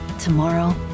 tomorrow